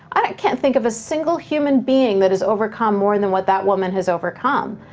i can't think of a single human being that has overcome more and than what that woman has overcome,